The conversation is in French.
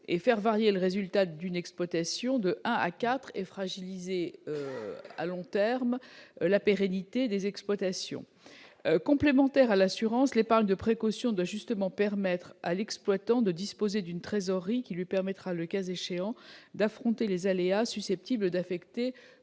de un à quatre le résultat d'une exploitation et fragiliser à long terme la pérennité des exploitations. Complémentaire à l'assurance, l'épargne de précaution doit justement permettre à l'exploitant de disposer d'une trésorerie grâce à laquelle, le cas échéant, il pourra affronter les aléas susceptibles d'affecter